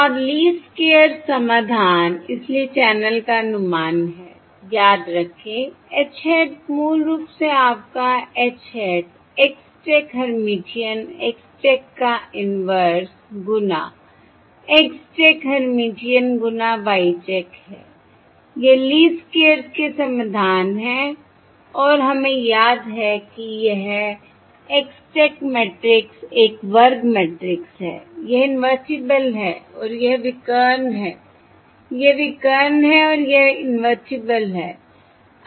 और least squares समाधान इसलिए चैनल का अनुमान है याद रखें H hat मूल रूप से आपका H hat X check Hermitian X check का इनवर्स गुना X चेक हेर्मिटियन गुना Y चेक है यह लीस्ट स्क्वेयर्स के समाधान है और हमें याद है कि यह X चेक मैट्रिक्स एक वर्ग मैट्रिक्स है यह इन्वेर्टिबल है और यह विकर्ण है यह विकर्ण है और यह इन्वेर्टिबल है